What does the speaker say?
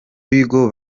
b’ikigo